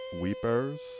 weepers